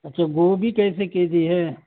اچھا گوبھی کیسے کے جی ہے